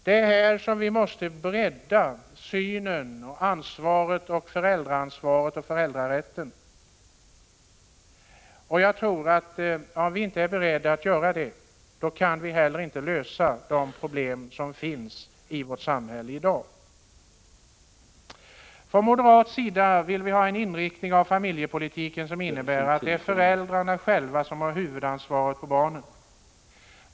Det är här som vi måste vidga synen på föräldraansvaret och föräldrarätten. Jag tror att om vi inte är beredda att göra det, kan vi inte heller lösa de problem som finns i vårt samhälle i dag. Från moderat sida vill vi ha en inriktning av familjepolitiken som innebär att det är föräldrarna själva som har huvudansvaret för barnen.